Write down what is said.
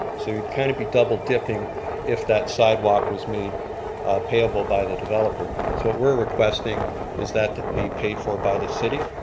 so you'd kind of be double dipping if that side walk was made payable by the developer. so what we're requesting is that that be paid for by the city.